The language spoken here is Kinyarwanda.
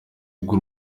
bw’u